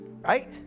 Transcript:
right